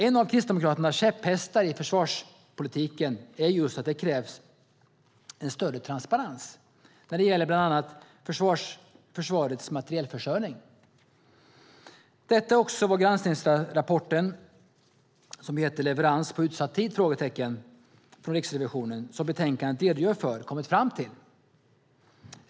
En av Kristdemokraternas käpphästar i försvarspolitiken är att det krävs en större transparens när det gäller bland annat försvarets materielförsörjning. Detta är också vad granskningsrapporten Leverans på utsatt tid? från Riksrevisionen, som betänkandet redogör för, har kommit fram till.